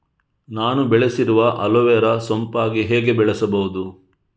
ನಾನು ಬೆಳೆಸಿರುವ ಅಲೋವೆರಾ ಸೋಂಪಾಗಿ ಹೇಗೆ ಬೆಳೆಸಬಹುದು?